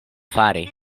fari